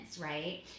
right